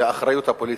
היא האחריות הפוליטית.